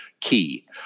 key